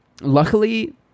luckily